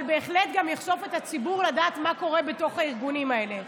אבל בהחלט גם יחשוף את הציבור לדעת מה קורה בתוך הארגונים האלה.